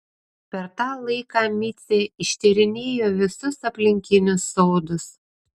per tą laiką micė ištyrinėjo visus aplinkinius sodus